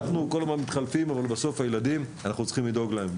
אנחנו כל הזמן מתחלפים אבל בסוף הילדים אנחנו צריכים לדאוג להם.